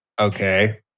Okay